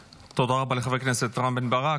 תודה רבה לחבר הכנסת רם בן ברק.